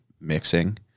mixing